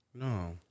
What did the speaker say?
no